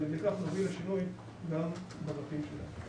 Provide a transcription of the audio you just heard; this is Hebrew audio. ועל ידי כך נביא לשינוי גם בדרכים שלהם.